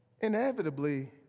inevitably